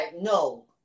no